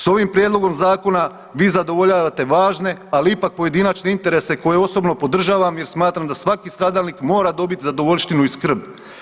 S ovim prijedlogom zakona vi zadovoljavate važne ali ipak pojedinačne interese koje osobno podržavam jer smatram da svaki stradalnik mora dobiti zadovoljštinu i skrb.